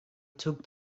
took